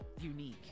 unique